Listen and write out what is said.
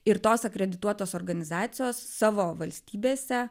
ir tos akredituotos organizacijos savo valstybėse